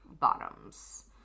bottoms